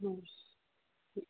हाँ ठीक